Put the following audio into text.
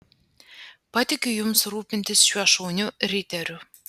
patikiu jums rūpintis šiuo šauniu riteriu